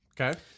Okay